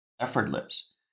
effortless